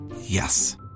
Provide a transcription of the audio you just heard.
Yes